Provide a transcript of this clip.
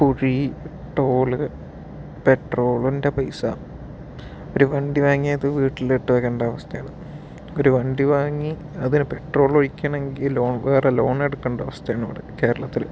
കുഴീ toll പെട്രോളിൻ്റെ പൈസ ഒരു വണ്ടി വാങ്ങിയത് വീട്ടിലിട്ടു വെയ്ക്കണ്ട അവസ്ഥയാണ് ഒരു വണ്ടി വാങ്ങി അതില് പെട്രോൾ ഒഴിക്കണമെങ്കിൽ വേറെ ലോൺ എടുക്കേണ്ട അവസ്ഥയാണ് ഇവിടെ കേരളത്തിൽ